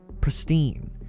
pristine